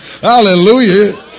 Hallelujah